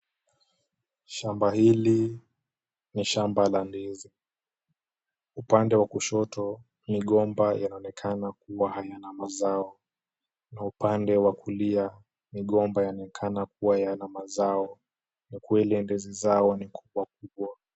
Shamba hili ni shamba la ndizi. Upande wa kushoto migomba yaonekana kuwa hayana mazao na upande wa kulia, migomba yaonekana kuwa yana mazao. Kwa kweli zao ni kubwa kubwa.